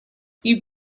you